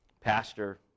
pastor